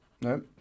no